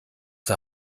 der